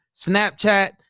Snapchat